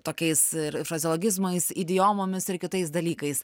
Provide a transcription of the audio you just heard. tokiais ir frazeologizmais idiomomis ir kitais dalykais